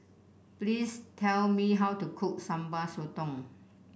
please tell me how to cook Sambal Sotong